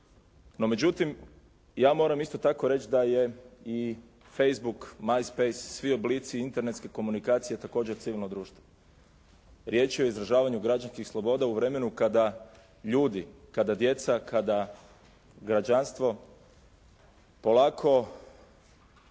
No, međutim, ja moram isto tako reći da je i Facebook, My space i svi oblici internetske komunikacije također civilno društvo. Riječ je o izražavanju građanskih sloboda u vremenu kada ljudi, kada djeca, kada građanstvo polako